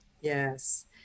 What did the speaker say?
Yes